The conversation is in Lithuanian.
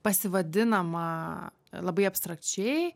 pasivadinama labai abstrakčiai